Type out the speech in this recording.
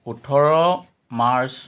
ওঠৰ মাৰ্চ